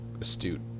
astute